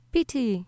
Pity